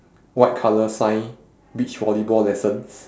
white colour sign beach volleyball lessons